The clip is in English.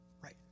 right